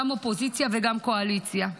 גם אופוזיציה וגם קואליציה?